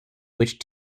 which